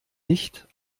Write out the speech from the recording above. nicht